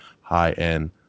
high-end